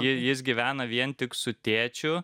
ji jis gyvena vien tik su tėčiu